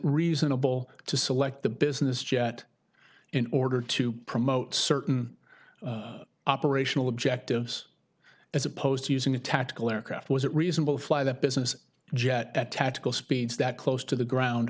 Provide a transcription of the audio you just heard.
reasonable to select the business jet in order to promote certain operational objectives as opposed to using a tactical aircraft was it reasonable fly that business jet at tactical speeds that close to the ground